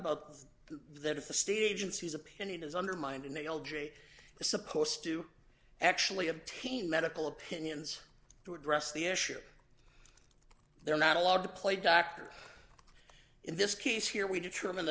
about that if the state agencies opinion is undermined and they all j is supposed to actually obtain medical opinions to address the issue they're not allowed to play doctor in this case here we determine